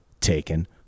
taken